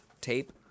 tape